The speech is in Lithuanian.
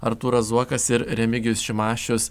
artūras zuokas ir remigijus šimašius